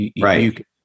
right